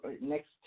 next